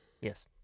Yes